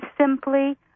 simply